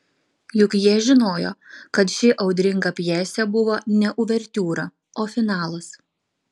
juk jie žinojo kad ši audringa pjesė buvo ne uvertiūra o finalas